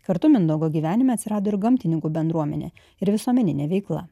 kartu mindaugo gyvenime atsirado ir gamtininkų bendruomenė ir visuomeninė veikla